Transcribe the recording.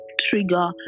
trigger